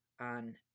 on